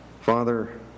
Father